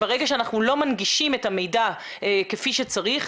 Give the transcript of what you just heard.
אבל כשאנחנו לא מנגישים את המידע כפי שצריך,